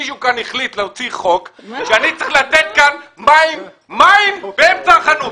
מישהו כאן החליט להוציא חוק שאני צריך לתת כאן מים באמצע החנות.